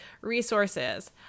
resources